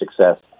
success